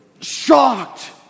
shocked